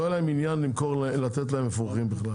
לא יהיה להם עניין לתת להם אפרוחים בכלל